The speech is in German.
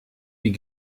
die